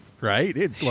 right